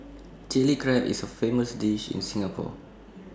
Chilli Crab is A famous dish in Singapore